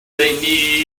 they